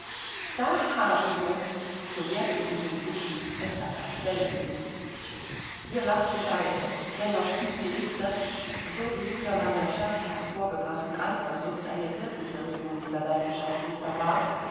da haben wir's so werde ich mich in zuknnft besser verstellen müssen wir lachten beide dennoch fühlte ich daß so wie hinter meiner scherzhaft vorgebrachten eifersucht eine wirkliche regung dieser leidenschaft sich verbarg